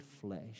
flesh